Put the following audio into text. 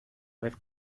vez